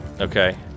Okay